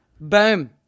Boom